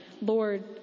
Lord